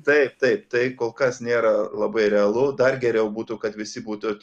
taip taip tai kol kas nėra labai realu dar geriau būtų kad visi būtų